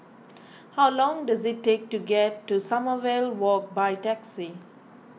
how long does it take to get to Sommerville Walk by taxi